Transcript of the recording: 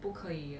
不可以